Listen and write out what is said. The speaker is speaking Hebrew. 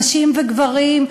נשים וגברים,